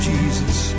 Jesus